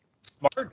Smart